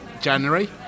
January